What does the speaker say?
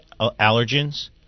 allergens